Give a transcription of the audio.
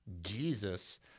Jesus